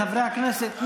חברי הכנסת,